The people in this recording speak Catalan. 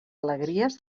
alegries